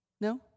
No